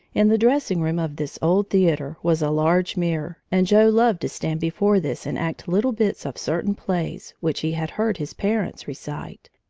in the dressing-room of this old theater was a large mirror, and joe loved to stand before this and act little bits of certain plays which he had heard his parents recite.